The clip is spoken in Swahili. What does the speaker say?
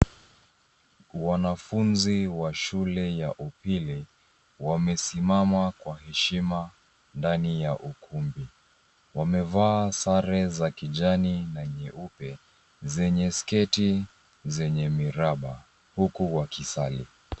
Wanafunzi wa shule ya upili wamesimama kwa heshima ndani ya ukumbi . Wamevaa sare za kijani na nyeupe zenye sketi zenye miraba huku wakisali.